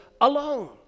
alone